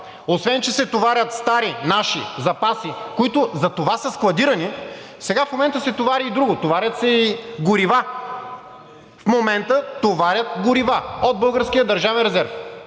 освен че се товарят стари наши запаси, които за това са складирани, сега в момента се товари и друго – товарят се и горива. В момента товарят горива от